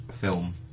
film